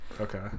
okay